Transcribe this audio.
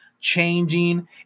changing